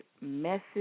message